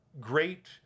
great